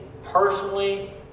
Personally